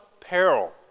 peril